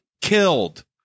killed